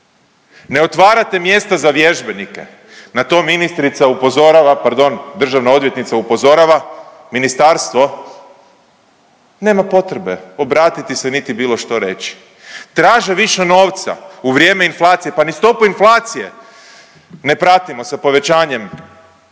Ne otvarate mjesta za vježbenike, na to ministrica upozorava, pardon državna odvjetnica upozorava, ministarstvo nema potrebe obratiti se niti bilo što reći. Traže više novca u vrijeme inflacije, pa ni stopu inflacije ne pratimo sa povećanjem